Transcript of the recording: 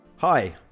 Hi